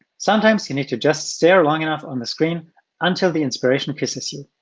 sometimes you need to just stare long enough on the screen until the inspiration kisses you.